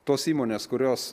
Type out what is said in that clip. tos įmonės kurios